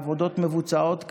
העבודות מבוצעות,